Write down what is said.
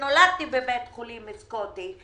ונולדתי בבית חולים סקוטי,